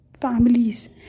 families